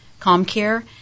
ComCare